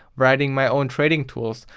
writing my own trading tools.